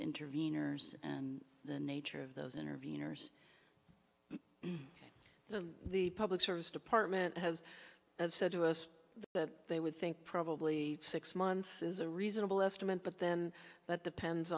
intervenors and the nature of those interveners to the public service department has said to us that they would think probably six months is a reasonable estimate but then that the pen